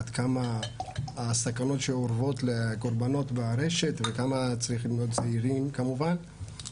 עד כמה הסכנות אורבות לקורבנות ברשת וכמה צריך להיות זהירים כמובן.